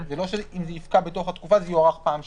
זה לא שאם זה יפקע בתוך התקופה זה יוארך פעם שנייה.